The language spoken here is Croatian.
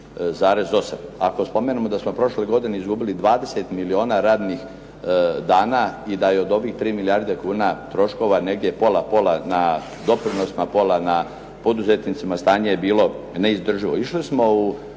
na 3,8. Ako spomenemo da smo prošle godine izgubili 20 milijuna radnih dana i da je od ovih 3 milijarde kuna troškova negdje pola pola na doprinosima, pola na poduzetnicima stanje je bilo neizdrživo. Išli smo u